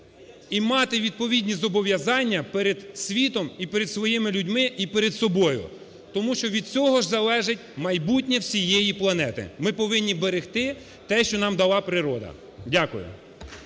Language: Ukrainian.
і мати відповідні зобов'язання перед світом і перед своїми людьми, і перед собою. Тому що від цього ж залежить майбутнє всієї планети. Ми повинні берегти те, що нам дала природа. Дякую.